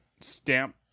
stamp